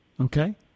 Okay